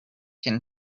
can